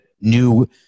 new